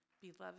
beloved